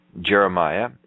Jeremiah